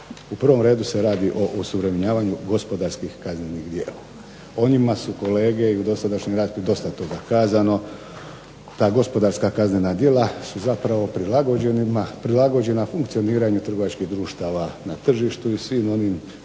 U prvom redu se radi o osuvremenjavanju gospodarskih kaznenih djela. O njima su kolege i u dosadašnjoj raspravi je dosta toga kazano. Ta gospodarska kaznena djela su zapravo prilagođena funkcioniranju trgovačkih društva na tržištu i svim onim